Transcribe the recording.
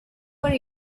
were